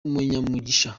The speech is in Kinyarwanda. umunyamugisha